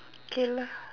K lah